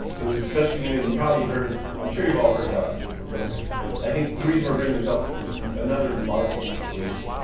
it was a special unit, and you probably heard, i'm sure you've all heard about this in some ways, but i think, the reason we're bringing this up is because it's another remarkable situation.